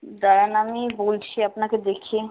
দাঁড়ান আমি বলছি আপনাকে দেখে